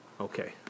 Okay